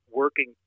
working